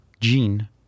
Gene